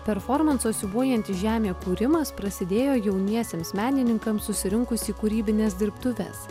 performanso siūbuojanti žemė kūrimas prasidėjo jauniesiems menininkams susirinkus į kūrybines dirbtuves